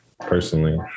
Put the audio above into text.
Personally